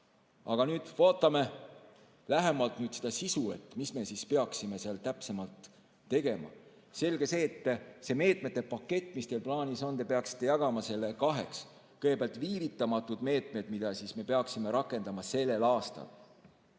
Aga vaatame lähemalt seda sisu, mida me peaksime täpsemalt tegema. Selge on see, et meetmete paketi, mis teil plaanis on, te peaksite jagama kaheks. Kõigepealt viivitamatud meetmed, mida me peaksime rakendama sellel aastal.